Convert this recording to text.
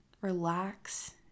relax